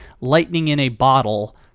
lightning-in-a-bottle